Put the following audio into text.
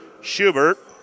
Schubert